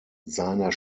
seiner